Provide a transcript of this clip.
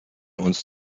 uns